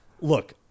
look